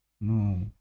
no